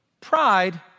pride